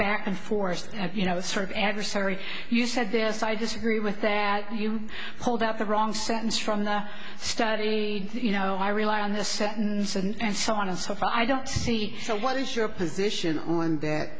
back and forth and you know the sort of adversary you said this i disagree with that you pulled out the wrong sentence from the study you know i rely on the sentence and so on and so if i don't see so what is your position on that